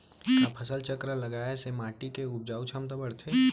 का फसल चक्र लगाय से माटी के उपजाऊ क्षमता बढ़थे?